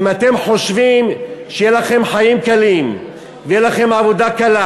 אם אתם חושבים שיהיו לכם חיים קלים ותהיה לכם עבודה קלה,